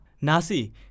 Nasi